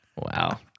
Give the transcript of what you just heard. Wow